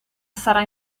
sarà